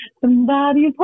somebody's